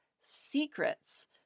secrets